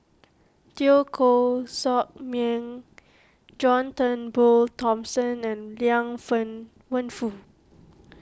Teo Koh Sock Miang John Turnbull Thomson and Liang Fen Wenfu